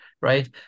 right